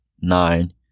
nine